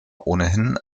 ohnehin